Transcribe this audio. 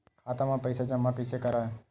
खाता म पईसा जमा कइसे करव?